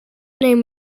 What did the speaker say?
name